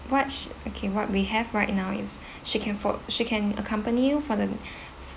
what she okay what we have right now is she can for she can accompany you for the